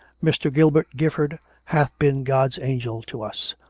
mr. gilbert gifford hath been god's angel to us.